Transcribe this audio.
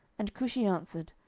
and cushi answered,